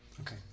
Okay